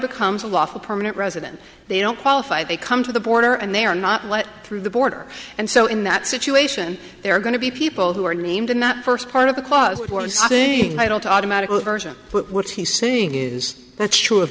becomes a lawful permanent resident they don't qualify they come to the border and they are not let through the border and so in that situation there are going to be people who are named in that first part of the clause and i don't automatically version what's he saying is that's true